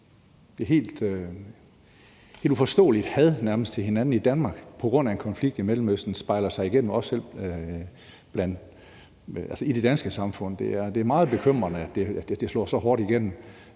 et helt uforståeligt nærmest had til hinanden i Danmark på grund af en konflikt i Mellemøsten også spejler sig i det danske samfund. Det er meget bekymrende, at det er slået så hårdt igennem,